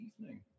evening